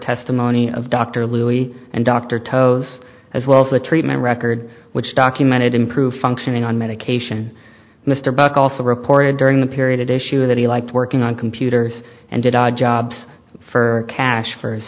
testimony of dr louis and dr tows as well as the treatment record which documented improved functioning on medication mr buck also reported during the period issue that he liked working on computers and did odd jobs for cash for his